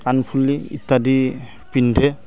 কাণফুলি ইত্যাদি পিন্ধে